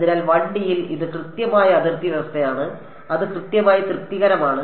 അതിനാൽ 1D യിൽ ഇത് കൃത്യമായ അതിർത്തി വ്യവസ്ഥയാണ് അത് കൃത്യമായി തൃപ്തികരമാണ്